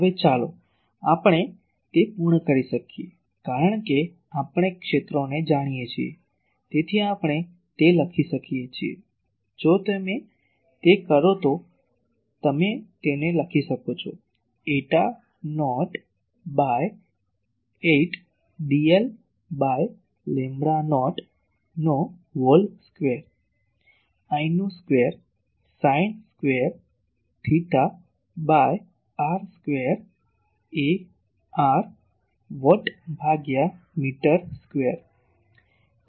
હવે ચાલો આપણે તે પૂર્ણ કરીએ કારણ કે આપણે ક્ષેત્રોને જાણીએ છીએ તેથી આપણે તે લખી શકીએ છીએ જો તમે તે કરો તો તમે તેને લખી શકો છો eta naught by 8 dl by lambda naught નો વ્હોલ સ્કવેર I નો square sine square theta by r square ar watt ભાગ્યા મીટર સ્ક્વેર